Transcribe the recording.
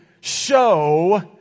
show